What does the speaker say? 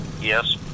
Yes